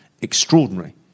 extraordinary